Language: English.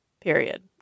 period